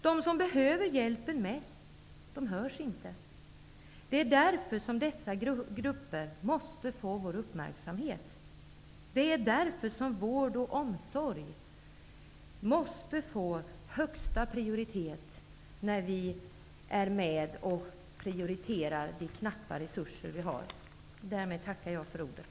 De som behöver hjälpen mest hörs inte. Det är därför som dessa grupper måste få vår uppmärksamhet. Det är därför som vård och omsorg måste ges högsta prioritet, när vi fördelar de knappa resurser som finns. Därmed tackar jag för ordet.